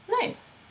Nice